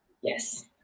Yes